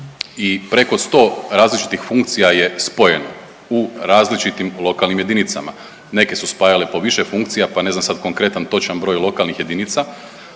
i preko 100 različitih funkcija je spojeno u različitim lokalnim jedinicama. Neke su spajale po više funkcija pa ne znam sad konkretan, točan broj lokalnih jedinica,